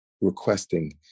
requesting